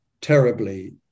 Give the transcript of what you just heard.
terribly